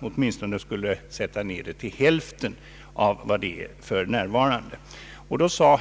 åtminstone skall sätta ned det till hälften av det nuvarande värdet.